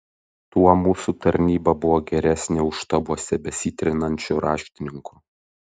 tuo mūsų tarnyba buvo geresnė už štabuose besitrinančių raštininkų